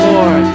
Lord